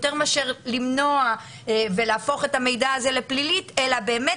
ויותר מאשר למנוע ולהפוך את המידע הזה לפלילי אלא באמת